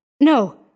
No